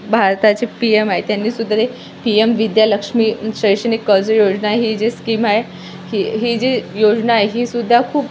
भारताचे P M आहे त्यांनीसुद्धा ते पी एम विद्यालक्ष्मी शैक्षणिक कर्ज योजना ही जी स्कीम आहे ही ही जी योजना आहे ही सुुद्धा खूप